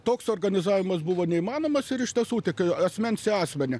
toks organizavimas buvo neįmanomas ir iš tiesų tik asmens į asmenį